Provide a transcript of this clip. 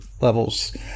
levels